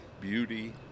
beauty